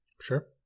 sure